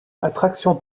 attraction